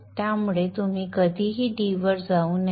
त्यामुळे तुम्ही कधीही d वर जाऊ नये